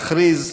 כעת הזמן להכריז: